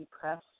press